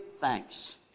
thanks